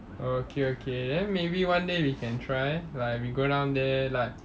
okay okay then maybe one day we can try like we go down there like